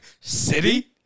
City